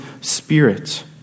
spirit